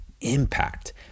impact